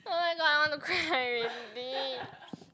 oh-my-god I want to cry already